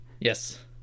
Yes